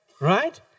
right